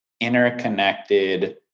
interconnected